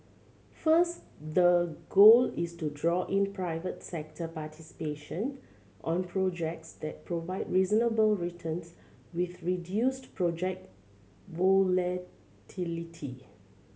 first the goal is to draw in private sector participation on projects that provide reasonable returns with reduced project volatility